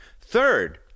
Third